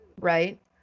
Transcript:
right